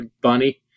bunny